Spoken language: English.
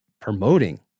promoting